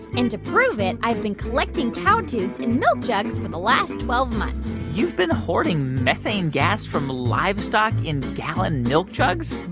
and to prove it, i've been collecting cow toots in milk jugs for the last twelve months you've been hoarding methane gas from livestock in gallon milk jugs?